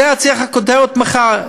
זו הייתה צריכה להיות הכותרת מחר,